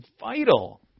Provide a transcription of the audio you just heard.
vital